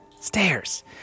Stairs